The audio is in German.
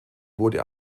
wurde